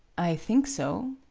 i think so.